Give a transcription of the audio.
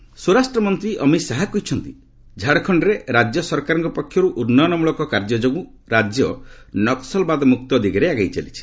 ଅମିତ୍ ଶାହା ଝାଡ଼ଖଣ୍ଡ ସ୍ୱରାଷ୍ଟ୍ର ମନ୍ତ୍ରୀ ଅମିତ୍ ଶାହା କହିଛନ୍ତି ଝାଡ଼ଖଣ୍ଡରେ ରାଜ୍ୟ ସରକାରଙ୍କ ପକ୍ଷରୁ ଉନ୍ନୟନମୂଳକ କାର୍ଯ୍ୟ ଯୋଗୁଁ ରାଜ୍ୟ ନକ୍ୱଲବାଦମୁକ୍ତ ଦିଗରେ ଆଗେଇ ଚାଲିଛି